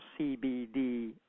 CBD